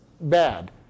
bad